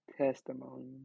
testimony